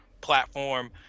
platform